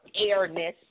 airness